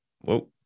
Whoa